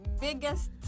Biggest